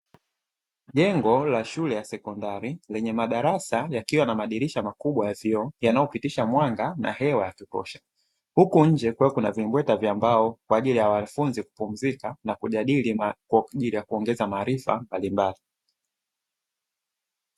Jengo la shule ya sekondari, lenye madarasa yakiwa na madirisha makubwa ya vioo yanayopitisha mwanga na hewa ya kutosha, huku nje kukiwa kuna vimbweta vya mbao kwa ajili ya wanafunzi kupumzika na kujadili kwa kuongeza maarifa mbalimbali.